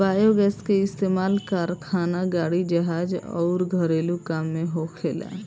biogas के इस्तमाल कारखाना, गाड़ी, जहाज अउर घरेलु काम में होखेला